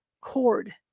Cord